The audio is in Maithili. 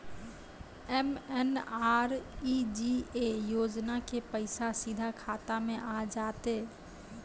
एम.एन.आर.ई.जी.ए योजना के पैसा सीधा खाता मे आ जाते?